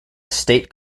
estate